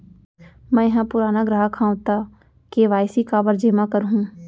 मैं ह पुराना ग्राहक हव त के.वाई.सी काबर जेमा करहुं?